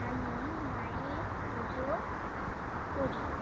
আমি মায়ের পুজো করি